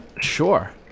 Sure